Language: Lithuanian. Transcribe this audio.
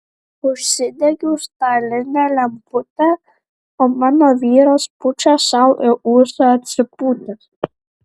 užsidegiau stalinę lemputę o mano vyras pučia sau į ūsą atsipūtęs